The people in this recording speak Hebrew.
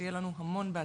ושיהיה לנו המון בהצלחה.